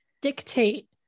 dictate